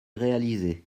réalisées